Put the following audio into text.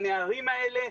הנערים האלה,